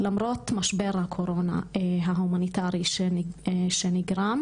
למרות משבר הקורונה ההומניטארי שנגרם.